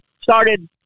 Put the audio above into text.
started